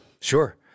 Sure